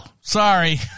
sorry